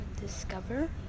discover